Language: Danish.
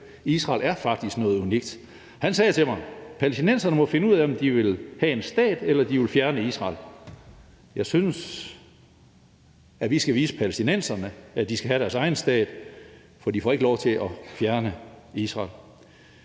Israel er faktisk noget unikt. Han sagde til mig: Palæstinenserne må finde ud af, om de vil have en stat, eller om de vil fjerne Israel. Jeg synes, at vi skal vise palæstinenserne, at de skal have deres egen stat, for de får ikke lov til at fjerne Israel.